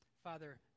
Father